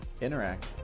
interact